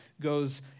goes